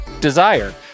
Desire